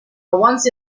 once